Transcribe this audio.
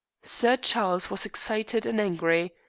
sir charles was excited and angry.